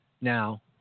Now